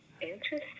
interesting